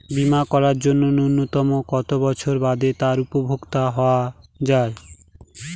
বীমা করার জন্য ন্যুনতম কত বছর বাদে তার উপভোক্তা হওয়া য়ায়?